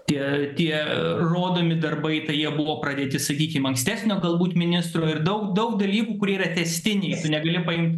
tie tie rodomi darbai tai jie buvo pradėti sakykim ankstesnio galbūt ministro ir daug daug dalykų kurie yra tęstiniai tu negali paimt